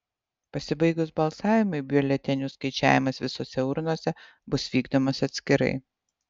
pasibaigus balsavimui biuletenių skaičiavimas visose urnose bus vykdomas atskirai